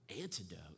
antidote